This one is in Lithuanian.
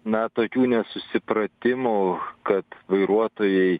na tokių nesusipratimų kad vairuotojai